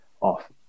off